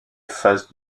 phases